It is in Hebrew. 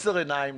בעשר עיניים,